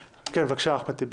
בבקשה אחמד טיבי.